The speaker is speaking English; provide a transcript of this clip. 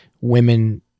women